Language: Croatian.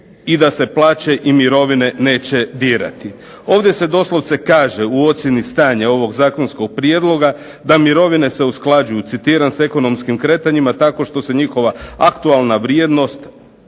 i da se plaće i mirovine neće dirati. Ovdje se doslovce kaže u ocjeni stanja ovog zakonskog prijedloga, da se "mirovine usklađuju sa ekonomskim kretanjima, tako što se njihova aktualna vrijednost